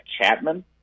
Chapman